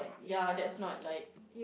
ya that's not like